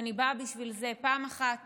שאני באה בשביל זה, פעם אחת